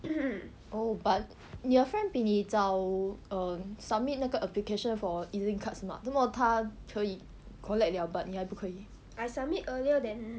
oh but 你的 friend 比你早 err submit 那个 application for E_Z link card 是吗做么他可以 collect 了 but 你还不可以